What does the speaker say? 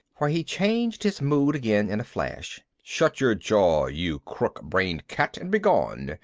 for he changed his mood again in a flash. shut your jaw, you crook brained cat, and begone!